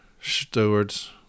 stewards